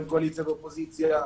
אין קואליציה ואופוזיציה,